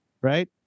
right